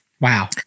wow